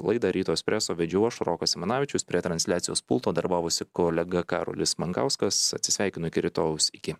laidą ryto espreso vedžiau aš rokas simanavičius prie transliacijos pulto darbavosi kolega karolis mankauskas atsisveikinu iki rytojaus iki